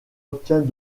obtient